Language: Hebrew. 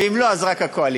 ואם לא, אז רק הקואליציה.